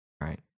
Right